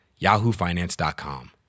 yahoofinance.com